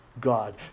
God